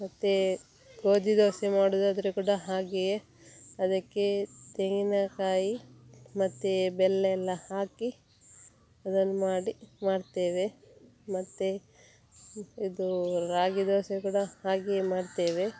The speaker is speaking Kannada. ಮತ್ತು ಗೋಧಿ ದೋಸೆ ಮಾಡುವುದಾದ್ರೆ ಕೂಡ ಹಾಗೆಯೇ ಅದಕ್ಕೆ ತೆಂಗಿನಕಾಯಿ ಮತ್ತು ಬೆಲ್ಲಯೆಲ್ಲ ಹಾಕಿ ಅದನ್ನು ಮಾಡಿ ಮಾಡ್ತೇವೆ ಮತ್ತು ಇದು ರಾಗಿ ದೋಸೆ ಕೂಡ ಹಾಗೆಯೇ ಮಾಡ್ತೇವೆ